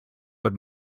but